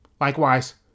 Likewise